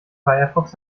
firefox